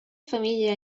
famiglia